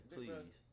Please